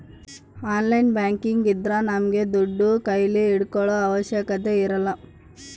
online banking ಇದ್ರ ನಮ್ಗೆ ದುಡ್ಡು ಕೈಲಿ ಇಟ್ಕೊಳೋ ಅವಶ್ಯಕತೆ ಇರಲ್ಲ